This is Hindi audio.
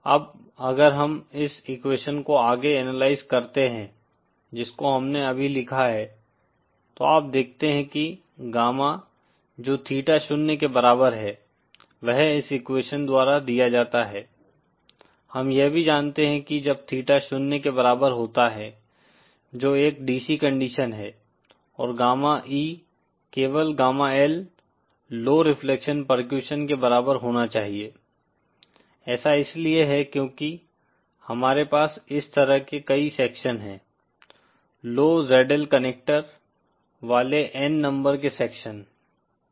अब अगर हम इस एक्वेशन को आगे एनालाइज करते हैं जिसको हमने अभी लिखा है तो आप देखते हैं कि गामा जो थीटा शून्य के बराबर है वह इस एक्वेशन द्वारा दिया जाता है हम यह भी जानते हैं कि जब थीटा शून्य के बराबर होता है जो एक DC कंडीशन है और गामा E केवल गामा L लौ रिफ्लेक्शन पर्क्यूशन के बराबर होना चाहिए ऐसा इसलिए है क्योंकि हमारे पास इस तरह के कई सेक्शन हैं लौ ZL कनेक्टर वाले N नंबर के सेक्शन